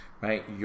right